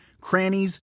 crannies